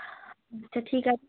আচ্ছা ঠিক আছে